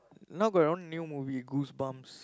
now got one new movie goosebumps